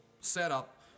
setup